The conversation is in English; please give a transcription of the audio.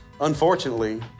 unfortunately